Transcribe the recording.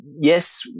yes